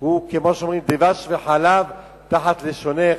שהוא כמו שאומרים, "דבש וחלב תחת לשונך".